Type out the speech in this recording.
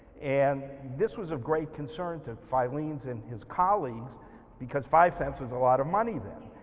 and this was of great concern to filene's and his colleagues because five cents was a lot of money then,